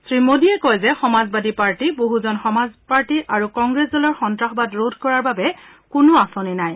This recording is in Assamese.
শ্ৰীমোডীয়ে কয় যে সমাজবাদী পাৰ্টী বছজন সমাজ পাৰ্টী আৰু কংগ্ৰেছ দলৰ সন্তাসবাদ ৰোধ কৰাৰ বাবে কোনো আঁচনি নাই